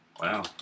Wow